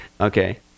Okay